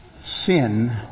sin